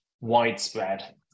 widespread